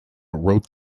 wrote